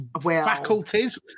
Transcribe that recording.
faculties